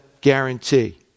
guarantee